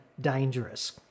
dangerous